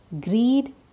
greed